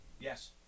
Yes